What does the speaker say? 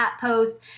post